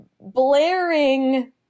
blaring